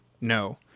No